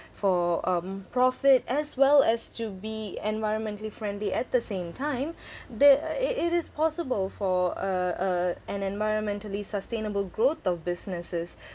for um profit as well as to be environmentally friendly at the same time the i~ it is possible for uh uh an environmentally sustainable growth of businesses